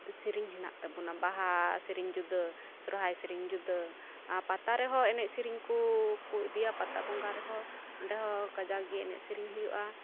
ᱥᱤᱨᱤᱧ ᱦᱮᱱᱟᱜ ᱛᱟᱵᱚᱱᱟ ᱵᱟᱦᱟ ᱥᱤᱨᱤᱧ ᱡᱩᱫᱟᱹ ᱥᱚᱨᱦᱟᱭ ᱥᱤᱨᱤᱧ ᱡᱩᱫᱟᱹ ᱟᱨ ᱯᱟᱛᱟ ᱨᱮᱦᱚᱸ ᱮᱱᱮᱡ ᱥᱤᱨᱤᱧ ᱠᱚᱠᱚ ᱤᱫᱤᱭᱟ ᱯᱟᱛᱟ ᱵᱚᱸᱜᱟ ᱨᱮᱦᱚᱸ ᱚᱸᱰᱮᱦᱚ ᱠᱟᱡᱟᱠ ᱜᱮ ᱮᱱᱮᱡ ᱥᱤᱨᱤᱧ ᱦᱩᱭᱩᱜᱼᱟ